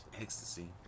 Ecstasy